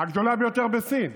הגדולה ביותר בסין.